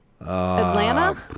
Atlanta